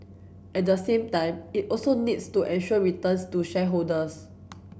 at the same time it also needs to ensure returns to shareholders